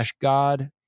god